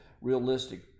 realistic